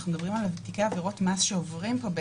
אנחנו מדברים על תיקי עבירות מס שעוברים ערכאה,